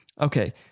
Okay